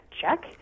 check